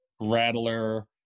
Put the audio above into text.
rattler